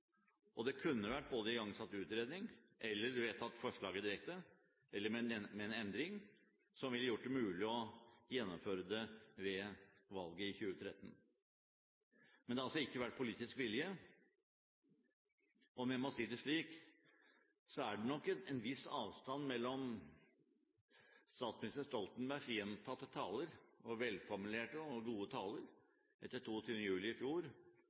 år. Det kunne ha vært igangsatt utredning, eller forslaget kunne vært vedtatt direkte eller med en endring som ville gjort det mulig å gjennomføre det ved valget i 2013. Men det har altså ikke vært politisk vilje til det, og om jeg kan si det slik, så er det nok en viss avstand mellom statsminister Stoltenbergs gjentatte taler, velformulerte og gode, etter 22. juli i fjor,